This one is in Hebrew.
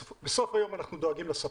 בסוף היום אנחנו דואגים לספק,